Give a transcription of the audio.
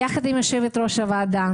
יחד עם יושבת-ראש הוועדה,